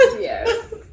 Yes